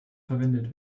verwendet